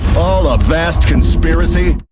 all a vast conspiracy?